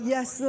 Yes